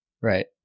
right